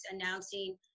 announcing